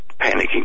panicking